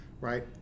right